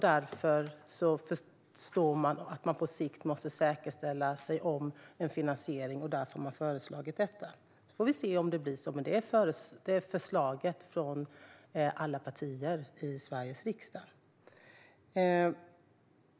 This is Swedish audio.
Man förstår att man på sikt måste säkerställa finansieringen, och därför har man föreslagit detta. Vi får se om det blir så, men detta är förslaget från alla partier i Sveriges riksdag.